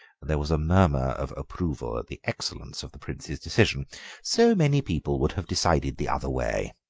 there was a murmur of approval at the excellence of the prince's decision so many people would have decided the other way.